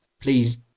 please